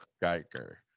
Geiger